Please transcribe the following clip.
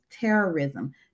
terrorism